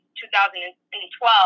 2012